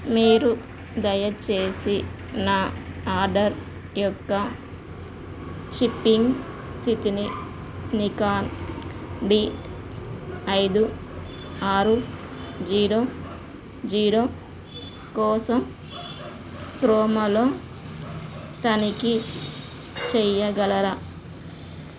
మీరు దయచేసి నా ఆర్డర్ యొక్క షిప్పింగ్ స్థితిని నికాన్ డీ ఐదు ఆరు జీరో జీరో కోసం క్రోమాలో తనిఖీ చెయ్యగలరా